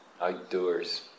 outdoors